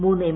മൂന്ന് എം